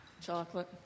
Chocolate